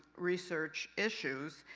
research issues,